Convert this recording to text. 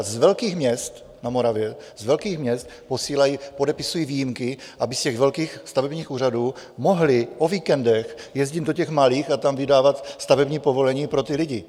Z velkých měst na Moravě, u velkých měst, posílají, podepisují výjimky, aby z těch velkých stavebních úřadů mohli o víkendech jezdit do těch malých a tam vydávat stavební povolení pro ty lidi.